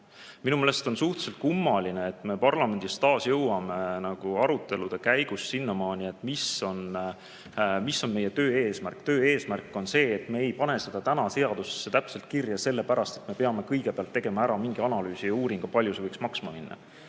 Minu meelest on suhteliselt kummaline, et me parlamendis taas jõuame nagu arutelude käigus sinnamaani, mis on meie töö eesmärk. Töö eesmärk on see, et me ei pane seda täna seadusesse täpselt kirja sellepärast, et me peame kõigepealt tegema ära mingi analüüsi ja uuringu, kui palju see võiks maksma minna.